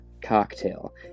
cocktail